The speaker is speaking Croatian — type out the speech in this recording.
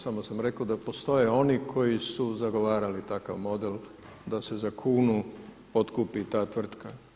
Samo sam rekao da postoje oni koji su zagovarali takav model da se za kunu otkupi ta tvrtka.